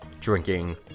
drinking